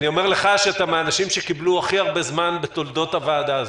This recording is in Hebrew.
אני אומר לך שאתה מהאנשים שקיבלו הכי הרבה זמן בתולדות הוועדה הזו.